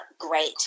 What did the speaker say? great